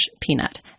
Peanut